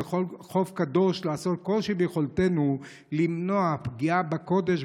וחוב קדוש לעשות כל שביכולתנו למנוע פגיעה בקודש,